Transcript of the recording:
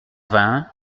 vingt